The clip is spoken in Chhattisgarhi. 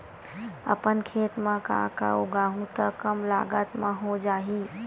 अपन खेत म का का उगांहु त कम लागत म हो जाही?